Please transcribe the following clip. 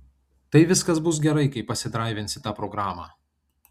tai viskas bus gerai kai pasidraivinsi tą programą